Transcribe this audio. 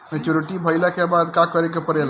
Maturity भईला के बाद का करे के पड़ेला?